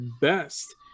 best